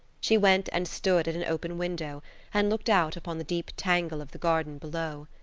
she went and stood at an open window and looked out upon the deep tangle of the garden below.